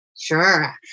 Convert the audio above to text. Sure